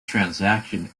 transaction